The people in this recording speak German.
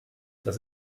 das